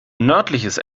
nördliches